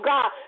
God